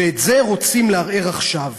ואת זה רוצים לערער עכשיו.